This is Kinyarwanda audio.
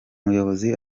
muyobozi